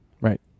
Right